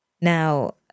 Now